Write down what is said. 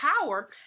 power